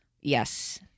Yes